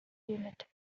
unit